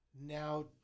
now